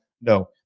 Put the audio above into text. No